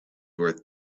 worth